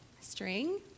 string